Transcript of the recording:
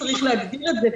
צריך להגדיר את זה,